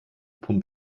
pump